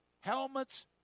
helmets